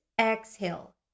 exhale